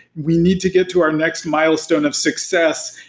we need to get to our next milestone of success,